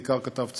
בעיקר כתב צבאי,